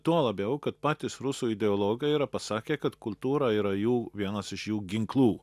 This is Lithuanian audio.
tuo labiau kad patys rusų ideologai yra pasakę kad kultūra yra jų vienas iš jų ginklų